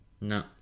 No